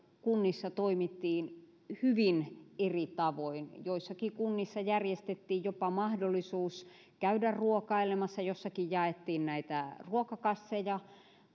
kunnissa toimittiin hyvin eri tavoin joissakin kunnissa järjestettiin jopa mahdollisuus käydä ruokailemassa joissakin jaettiin näitä ruokakasseja